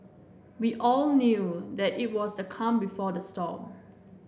we all knew that it was the calm before the storm